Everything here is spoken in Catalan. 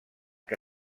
que